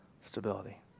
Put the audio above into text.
stability